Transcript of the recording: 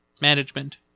management